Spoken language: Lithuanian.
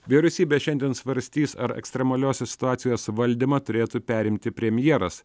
vyriausybė šiandien svarstys ar ekstremaliosios situacijos valdymą turėtų perimti premjeras